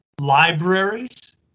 libraries